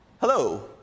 Hello